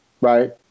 right